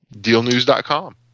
Dealnews.com